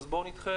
אז בואו לנובמבר,